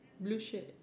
blue shirt